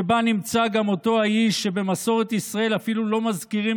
שבה נמצא גם אותו האיש שבמסורת ישראל אפילו לא מזכירים